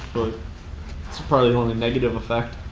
but it's probably the only negative effect.